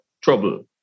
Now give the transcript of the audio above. trouble